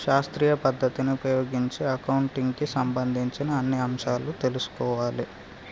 శాస్త్రీయ పద్ధతిని ఉపయోగించి అకౌంటింగ్ కి సంబంధించిన అన్ని అంశాలను తెల్సుకోవాలే